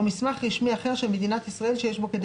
או מסמך רשמי אחר של מדינת ישראל שיש בו כדי